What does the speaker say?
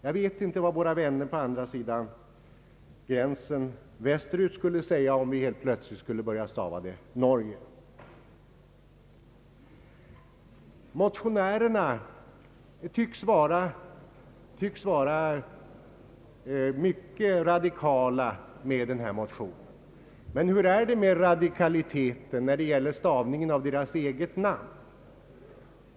Jag vet inte vad våra vänner på andra sidan gränsen västerut skulle säga om vi helt plötsligt skulle börja stava Norge med j. Motionärerna tycks vara mycket radikala i sin motion. Men hur är det med radikaliteten när det gäller stavningen av deras egna namn?